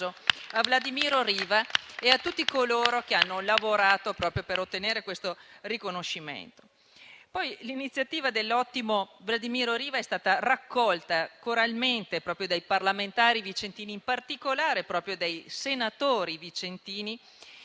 a Vladimiro Riva e a tutti coloro che hanno lavorato per ottenere questo riconoscimento. L'iniziativa dell'ottimo Vladimiro Riva è stata raccolta coralmente dai parlamentari vicentini, in particolare proprio dai senatori vicentini,